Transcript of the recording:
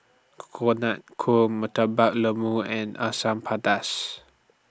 Coconut Ku Murtabak Lembu and Asam Pedas